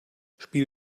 spiel